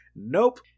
Nope